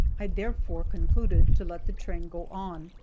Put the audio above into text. i therefore concluded to let the train go on,